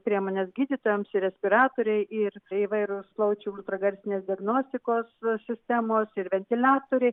priemones gydytojams ir respiratoriai ir įvairūs plaučių ultragarsinės diagnostikos sistemos ir ventiliatoriai